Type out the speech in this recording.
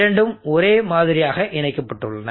இரண்டும் ஒரே மாதிரியாக இணைக்கப்பட்டுள்ளன